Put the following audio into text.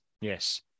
Yes